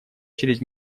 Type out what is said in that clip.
через